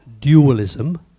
dualism